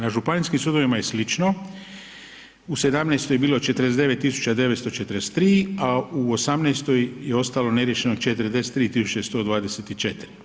Na županijskim sudovima je slično u '17. je bilo 49.943, a u '18. je ostalo neriješeno 43.124.